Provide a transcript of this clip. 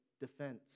defense